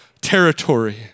territory